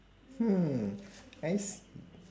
hmm I see